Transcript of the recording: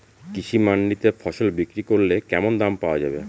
কৃষি মান্ডিতে ফসল বিক্রি করলে কেমন দাম পাওয়া যাবে?